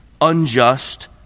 unjust